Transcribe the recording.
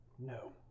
No